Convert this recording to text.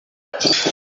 ati